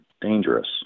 dangerous